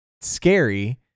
scary